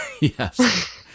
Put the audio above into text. Yes